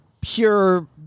pure